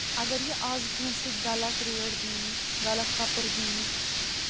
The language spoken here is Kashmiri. اگر یہِ آز کٲنٛسہِ غلط ریٹ دی غلط کَپُر دی